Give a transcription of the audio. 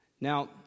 Now